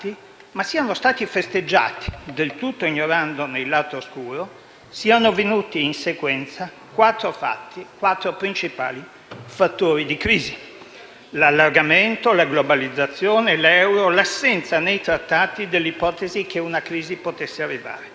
ma siano stati festeggiati, del tutto ignorandone il lato oscuro - in sequenza quattro principali fattori di crisi: l'allargamento; la globalizzazione; l'euro; l'assenza nei Trattati dell'ipotesi che una crisi potesse arrivare.